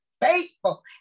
faithful